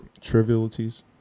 trivialities